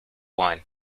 wine